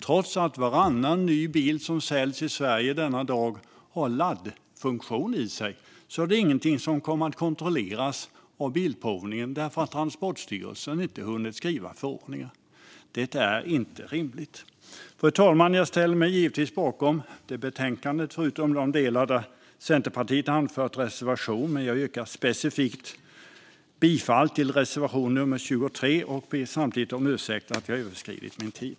Trots att varannan ny bil som säljs i Sverige denna dag har laddfunktion är detta inte något som kommer att kontrolleras av bilprovningen därför att Transportstyrelsen inte har hunnit skriva förordningar. Det är inte rimligt. Fru talman! Jag ställer mig givetvis bakom betänkandet, förutom i de delar där Centerpartiet har anfört reservation, men jag yrkar bifall specifikt till reservation nummer 23.